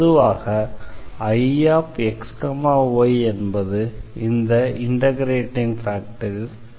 பொதுவாக Ixy என்பது இந்த இண்டெக்ரேட்டிங் ஃபேக்டர் குறியீடாகும்